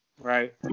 right